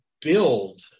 build